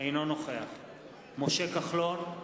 אינו נוכח משה כחלון, אינו נוכח